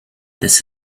this